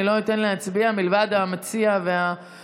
אני לא אתן להצביע, מלבד המציע והמשיב,